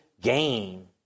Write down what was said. gain